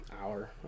hour